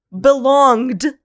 belonged